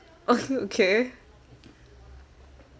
ugh okay